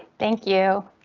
thank you.